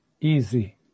easy